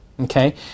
okay